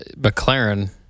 McLaren